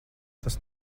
tas